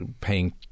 paying